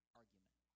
argument